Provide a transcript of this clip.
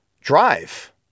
drive